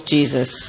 Jesus